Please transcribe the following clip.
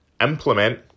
implement